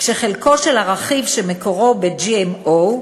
כשחלקו של הרכיב שמקורו ב-GMO,